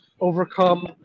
overcome